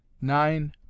nine